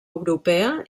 europea